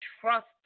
trust